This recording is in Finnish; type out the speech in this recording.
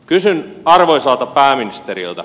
kysyn arvoisalta pääministeriltä